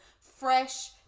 fresh